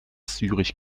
zürich